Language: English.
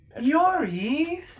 Yori